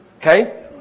Okay